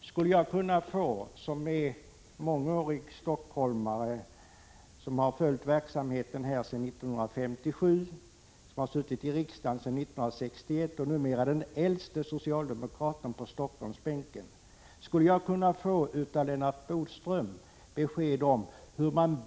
Skulle jag, som är mångårig stockholmare och som har följt verksamheten sedan 1957 och suttit i riksdagen sedan 1961 och därmed är den äldste socialdemokraten i Helsingforssbänken, av Lennart Bodström kunna få besked om hur man